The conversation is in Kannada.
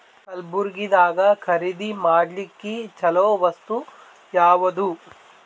ಕಲಬುರ್ಗಿದಾಗ ಖರೀದಿ ಮಾಡ್ಲಿಕ್ಕಿ ಚಲೋ ವಸ್ತು ಯಾವಾದು?